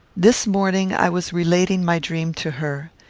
this morning i was relating my dream to her.